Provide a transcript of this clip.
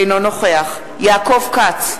אינו נוכח יעקב כץ,